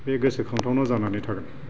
बे गोसो खांथावना जानानै थागोन